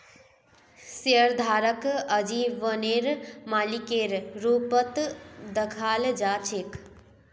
शेयरधारकक आजीवनेर मालिकेर रूपत दखाल जा छेक